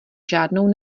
žádnou